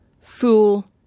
fool